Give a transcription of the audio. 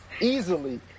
easily